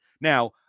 Now